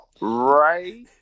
Right